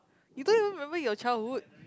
you don't even remember your childhood